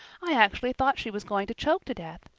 i actually thought she was going to choke to death.